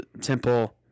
temple